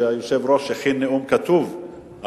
שהיושב-ראש הכין נאום כתוב,